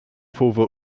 fuva